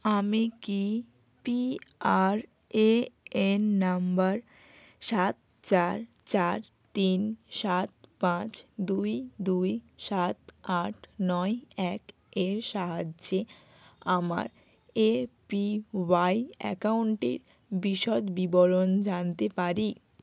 আমি কি পিআরএএন নম্বর সাত চার চার তিন সাত পাঁচ দুই দুই সাত আট নয় এক এর সাহায্যে আমার এপিওয়াই অ্যাকাউন্টের বিশদ বিবরণ জানতে পারি